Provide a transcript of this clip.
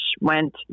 went